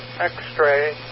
X-Ray